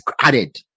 added